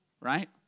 right